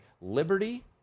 Liberty